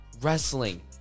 wrestling